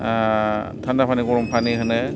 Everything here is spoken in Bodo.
थान्दा पानि गरम पानि होनो